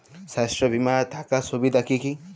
স্বাস্থ্য বিমা থাকার সুবিধা কী কী?